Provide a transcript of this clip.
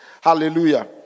Hallelujah